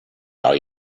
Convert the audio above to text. are